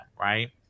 right